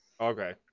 Okay